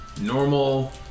normal